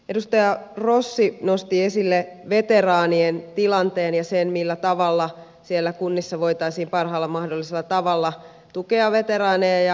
edustaja rossi nosti esille veteraanien tilanteen ja sen millä tavalla siellä kunnissa voitaisiin parhaalla mahdollisella tavalla tukea veteraaneja